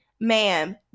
ma'am